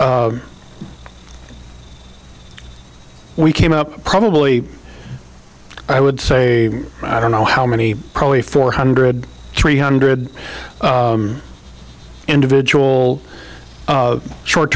we came up probably i would say i don't know how many probably four hundred three hundred individual short